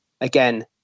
again